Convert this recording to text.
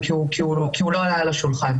כי הוא לא היה על השולחן.